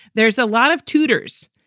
there's a lot of tutors.